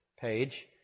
page